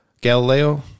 Galileo